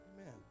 Amen